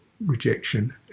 rejection